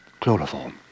Chloroform